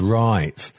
right